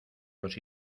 los